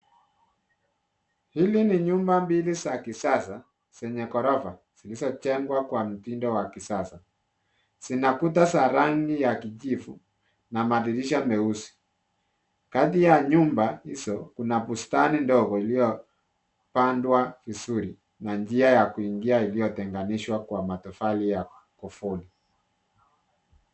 Hili ni nyumba mbili za kisasa zenye gorofa zilizojengwa kwa mtindo wa kisasa. Zina kuta za rangi ya kijivu na madirisha meusi. Kati ya nyumba hizi kuna bustani ndogo iliyopandwa vizuri na njia ya kuingia iliyotenganishwa kwa matofali ya kufuli.